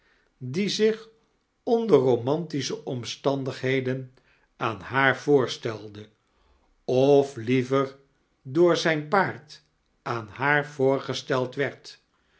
die zich onder romantrische omstandigheden aan haar voo rstelde of lievar door zijn paard aan haar voorgesteld werd